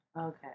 Okay